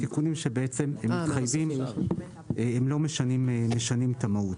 זה תיקון שאינו משנה את המהות.